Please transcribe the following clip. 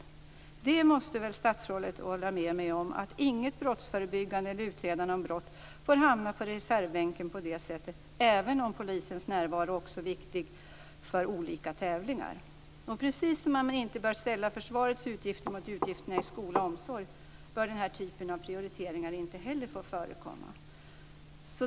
Statsrådet måste väl hålla med mig om att inget brottsförebyggande eller utredande om brott får hamna på reservbänken på det sättet, även om polisens närvaro också är viktig vid olika tävlingar. Precis som man inte bör ställa försvarets utgifter mot utgifterna i skola och omsorg, bör inte heller den här typen av prioriteringar få förekomma.